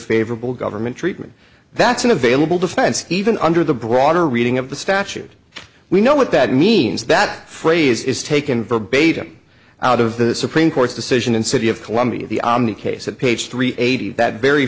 favorable government treatment that's an available defense even under the broader reading of the statute we know what that means that phrase is taken verbatim out of the supreme court's decision in city of columbia the on the case at page three eighty that very